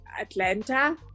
Atlanta